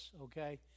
okay